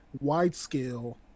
wide-scale